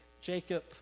Jacob